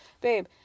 Babe